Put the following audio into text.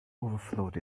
overflowed